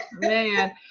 man